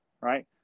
right